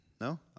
No